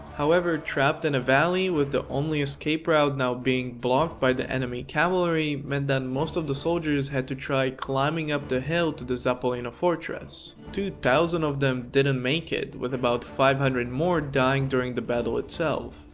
however trapped in and a valley with the only escape route now being blocked by the enemy cavalry meant that most of the soldiers had to try climbing up the hill to the zappolino fortress. two thousand thousand of them didn't make it, with about five hundred more dying during the battle itself.